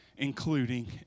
including